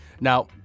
Now